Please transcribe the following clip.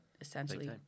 essentially